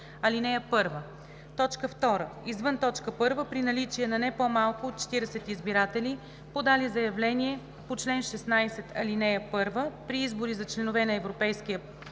ал. 1; 2. извън т. 1 – при наличие на не по-малко от 40 избиратели, подали заявление по чл. 16, ал. 1; при избори за членове на Европейския парламент